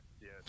Yes